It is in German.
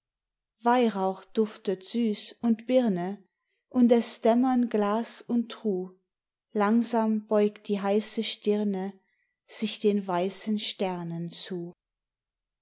weihrauch duftet süß und birne und es dämmern glas und truh langsam beugt die heiße stirne sich den weißen sternen zu